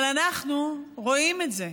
אבל אנחנו רואים את זה,